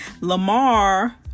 Lamar